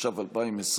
התש"ף 2020,